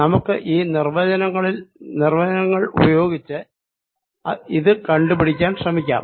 നമുക്ക് ഈ നിർവ്വചനങ്ങൾ ഉപയോഗിച്ച് ഇത് കണ്ടുപിടിക്കാൻ ശ്രമിക്കാം